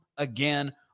Again